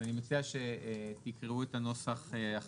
אז אני מציע שתקראו את הנוסח החדש